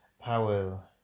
Powell